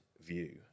view